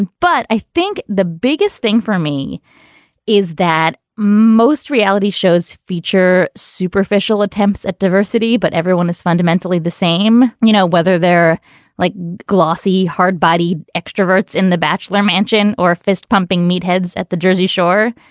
but i think the biggest thing for me is that most reality shows feature superficial attempts at diversity, but everyone is fundamentally the same. you know, whether they're like glossy hardbody extroverts in the bachelor mansion or fist pumping meat heads at the jersey shore.